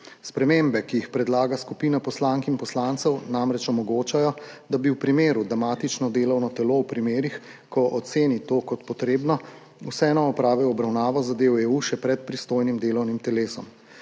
Spremembe, ki jih predlaga skupina poslank in poslancev, namreč omogočajo, da bi v primerih, ko matično delovno telo oceni to kot potrebno, vseeno opravilo obravnavo zadev EU še pred pristojnim delovnim telesom.